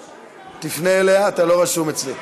תפנה אליה, אתה לא רשום אצלי.